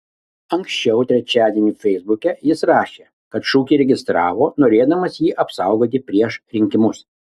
anksčiau trečiadienį feisbuke jis rašė kad šūkį registravo norėdamas jį apsaugoti prieš rinkimus